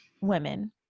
women